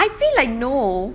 really I feel like no